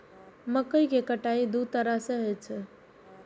मकइ केर कटाइ दू तरीका सं होइ छै